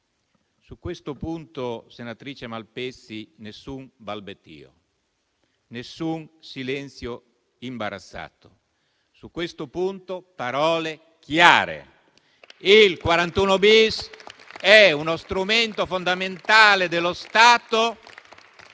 Su questo punto, senatrice Malpezzi, nessun balbettio, nessun silenzio imbarazzato. Su questo punto, parole chiare: il 41-*bis* è uno strumento fondamentale